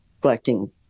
collecting